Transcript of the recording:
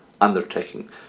Undertaking